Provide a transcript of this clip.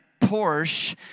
Porsche